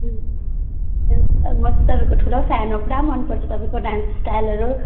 sir म तपाईँको ठुलो फ्यान हो पुरा मनपर्छ मलाई तपाईँको डान्स स्टाइलहरू